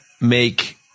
make